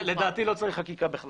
לדעתי לא צריך חקיקה.